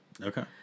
Okay